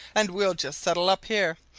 and we'll just settle up here,